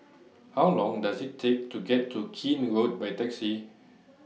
How Long Does IT Take to get to Keene Road By Taxi